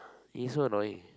he is so annoying